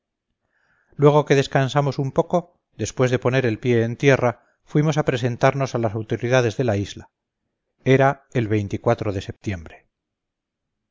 luego que descansamos un poco después de poner el pie en tierra fuimos a presentarnos a las autoridades de la isla era el de setiembre